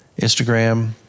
Instagram